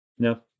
No